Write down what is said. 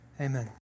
amen